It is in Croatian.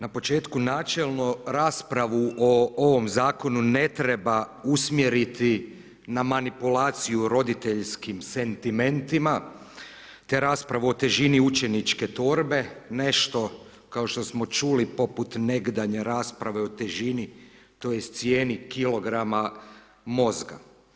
Na početku načelno, raspravu o ovom zakonu, ne treba u smjerati na manipulaciju roditeljskim sentimentima, te raspravu o težini učeničke torbe, nešto kao što smo čuli poput negdanje rasprave o teži, tj. o cijeni kilograma mozga.